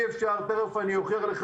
תכף אוכיח לך,